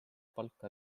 palka